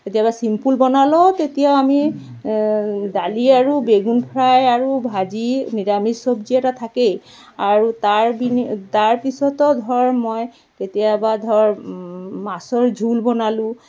কেতিয়াবা ছিম্পল বনালেও তেতিয়া আমি দালি আৰু বেগুন ফ্ৰাই আৰু ভাজি নিৰামিষ চব্জি এটা থাকেই আৰু তাৰ বিনি তাৰপিছতো ধৰ মই কেতিয়াবা ধৰ মাছৰ জোল বনালোঁ